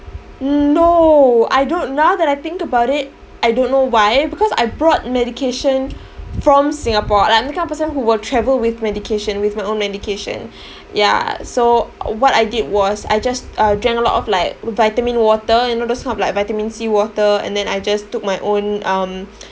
no I don't now that I think about it I don't know why because I brought medication from Singapore like I'm the kind of person who will travel with medication with my own medication ya so what I did was I just uh drank a lot of like vitamin water you know those kind of like vitamin C water and then I just took my own um